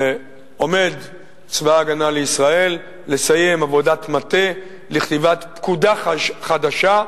עומד צבא-ההגנה לישראל לסיים עבודת מטה לכתיבת פקודה חדשה,